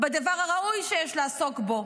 בדבר הראוי שיש לעסוק בו,